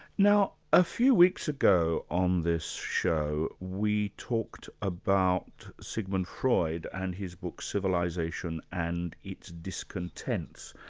now a few weeks ago on this show, we talked about sigmund freud and his book civilisation and its discontents,